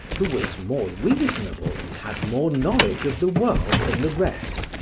who was more reasonable and had more knowledge of the world than the rest,